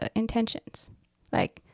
intentions，like